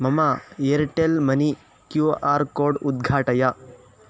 मम Airtel money Q R code उद्घाटय